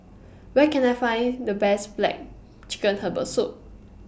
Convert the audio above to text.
Where Can I Find The Best Black Chicken Herbal Soup